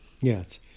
Yes